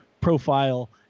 profile